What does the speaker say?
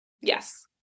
Yes